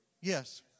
Yes